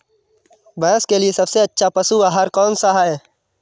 भैंस के लिए सबसे अच्छा पशु आहार कौन सा है?